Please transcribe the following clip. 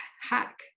hack